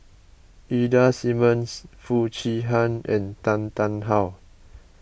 Ida Simmons Foo Chee Han and Tan Tarn How